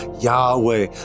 Yahweh